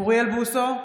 אוריאל בוסו,